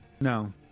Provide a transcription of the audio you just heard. No